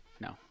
no